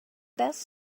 best